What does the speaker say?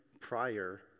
prior